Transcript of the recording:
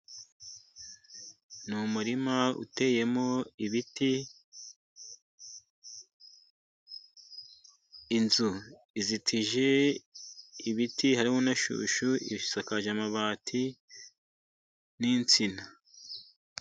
Ni umurima uteyemo ibiti, inzu izitije ibiti harimo na shyushyu isakaje amabati n'insina.